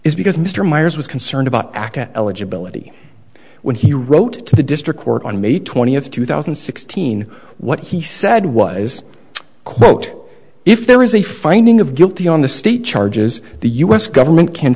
is because mr meyers was concerned about aca eligibility when he wrote to the district court on may twentieth two thousand and sixteen what he said was quote if there is a finding of guilty on the state charges the u s government can